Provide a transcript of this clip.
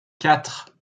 quatre